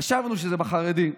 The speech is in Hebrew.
חשבנו שזה בחרדי,